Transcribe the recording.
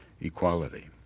equality